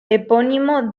epónimo